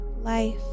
life